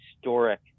historic